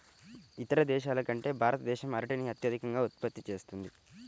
ఇతర దేశాల కంటే భారతదేశం అరటిని అత్యధికంగా ఉత్పత్తి చేస్తుంది